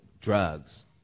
drugs